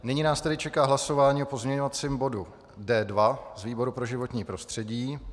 Nyní nás tedy čeká hlasování o pozměňovacím bodu D2 z výboru pro životní prostředí.